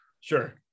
Sure